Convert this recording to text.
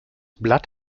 blatt